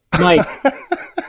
Mike